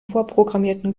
vorprogrammierten